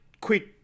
quit